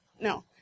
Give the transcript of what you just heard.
no